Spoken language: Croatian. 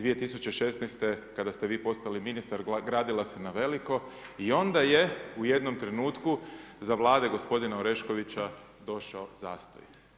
2016. kada ste vi postali ministar gradila se na veliko i onda je u jednom trenutku za Vlade gospodina Oreškovića došao zastoj.